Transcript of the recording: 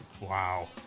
Wow